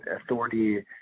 authority